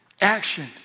action